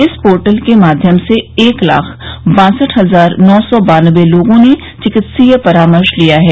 इस पोर्टल के माध्यम से एक लाख बासठ हजार नौ सौ बान्नबे लोगों ने चिकित्सीय परामर्श लिया है